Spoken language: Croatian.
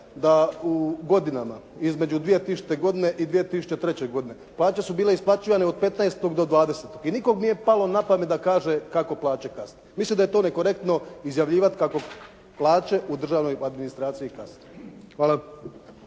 da u godinama između 2000. godine i 2003. godine plaće su bile isplaćivane od 15-tog do 20-tog i nikom nije palo na pamet da kaže kako plaće kasne. Mislim da je to nekorektno izjavljivati kako plaće u državnoj administraciji kasne. Hvala.